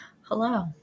hello